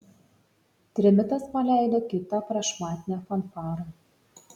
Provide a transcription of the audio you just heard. trimitas paleido kitą prašmatnią fanfarą